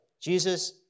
Jesus